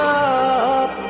up